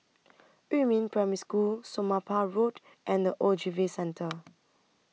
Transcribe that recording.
Yumin Primary School Somapah Road and The Ogilvy Centre